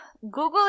Google